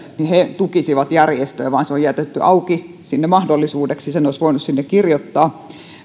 niin ne tukisivat järjestöjä vaan se on jätetty auki mahdollisuudeksi sen olisi voinut sinne kirjoittaa